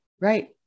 Right